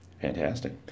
Fantastic